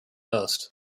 most